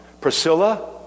Priscilla